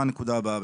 מה הנקודה הבאה?